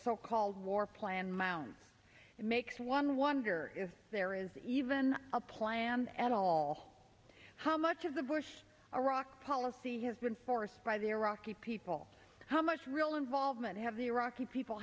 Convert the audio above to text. so called war plan mounts it makes one wonder if there is even a plan at all how much of the bush iraq policy has been forced by the iraqi people how much real involvement have the iraqi people